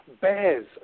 bears